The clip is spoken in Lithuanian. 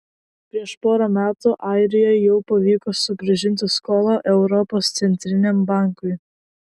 prieš porą metų airijai jau pavyko sugrąžinti skolą europos centriniam bankui